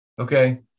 Okay